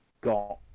got